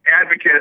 advocate